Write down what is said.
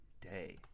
day